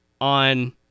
on